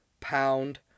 Pound